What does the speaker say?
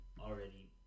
already